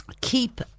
keep